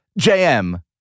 JM